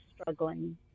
struggling